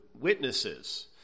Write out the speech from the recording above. witnesses